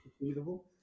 achievable